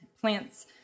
Plants